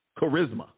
charisma